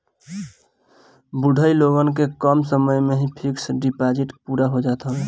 बुढ़ऊ लोगन के कम समय में ही फिक्स डिपाजिट पूरा हो जात हवे